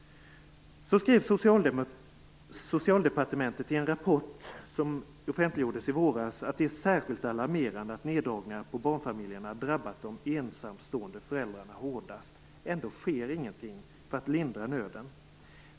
Socialdepartementet skriver i en rapport som offentliggjordes i våras att det är särskilt alarmerande att neddragningarna för barnfamiljer drabbat de ensamstående föräldrarna hårdast. Ändå sker ingenting för att lindra nöden.